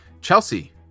Chelsea